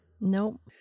Nope